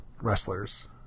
wrestlers